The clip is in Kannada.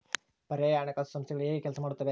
ಪರ್ಯಾಯ ಹಣಕಾಸು ಸಂಸ್ಥೆಗಳು ಹೇಗೆ ಕೆಲಸ ಮಾಡುತ್ತವೆ?